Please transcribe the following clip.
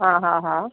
हा हा हा